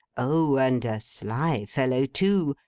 oh, and a sly fellow too!